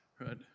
right